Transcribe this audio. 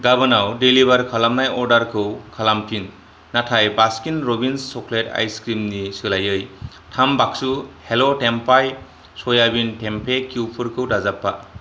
गाबोनाव डेलिबार खालामनाय अर्डारखौ खालामफिन नाथाय बास्किन र'बिन्स चकलेट आइसक्रिमनि सोलायै थाम बाक्सु हेल' टेम्पाय स'याबिन टेमपे क्युबफोरखौ दाजाबफा